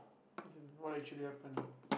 as in what actually happened